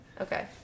Okay